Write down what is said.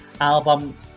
album